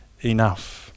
enough